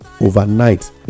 overnight